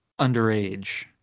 underage